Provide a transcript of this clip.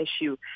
issue